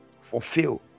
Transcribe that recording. fulfill